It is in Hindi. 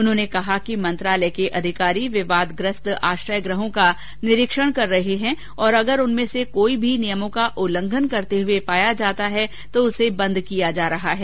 उन्होंने कहा कि मंत्रालय के अधिकारी विवादग्रस्त आश्रय गृहों का निरीक्षण कर रहे हैं और अगर उनमें से कोई भी नियमों का उल्लंघन करते हुए पाया जाता है तो उसे बंद किया जा रहा है